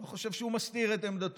אני לא חושב שהוא מסתיר את עמדתו,